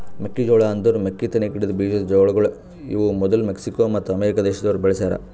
ಮೆಕ್ಕಿ ಜೋಳ ಅಂದುರ್ ಮೆಕ್ಕಿತೆನಿ ಗಿಡದ್ ಬೀಜದ್ ಜೋಳಗೊಳ್ ಇವು ಮದುಲ್ ಮೆಕ್ಸಿಕೋ ಮತ್ತ ಅಮೇರಿಕ ದೇಶದೋರ್ ಬೆಳಿಸ್ಯಾ ರ